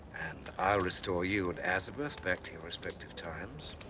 and i'll restore you and azabeth back to your respective times.